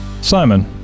Simon